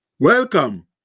Welcome